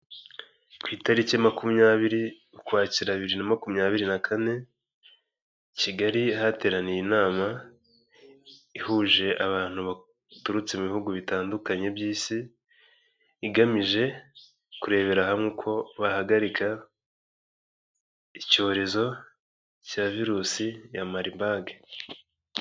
Ku itariki makumyabiri ukwakira bibiri na makumyabiri na kane, Kigali hateraniye inama ihuje abantu baturutse mu ibihugu bitandukanye by'isi. Igamije kurebera hamwe uko bahagarika icyorezo cya virusi ya malibage.